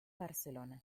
barcelona